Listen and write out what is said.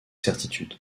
certitude